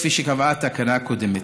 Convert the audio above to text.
כפי שקבעה התקנה הקודמת.